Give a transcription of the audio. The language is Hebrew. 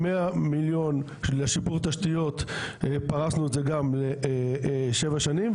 100 המיליון לשיפור תשתיות פרסנו את זה גם לשבע שנים,